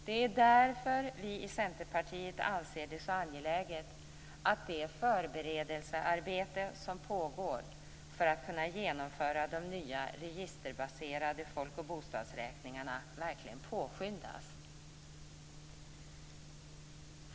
Det är därför vi i Centerpartiet anser det så angeläget att det förberedelsearbete som pågår för att man skall kunna genomföra de nya registerbaserade folk och bostadsräkningarna påskyndas.